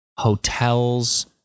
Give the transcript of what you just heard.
Hotels